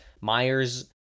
Myers